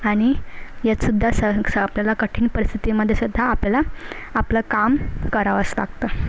आणि यातसुद्दा सहक स आपल्याला कठीण परिस्थितीमध्ये सुद्धा आपल्याला आपलं कामं करावंच लागतं